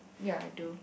ya I do